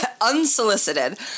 unsolicited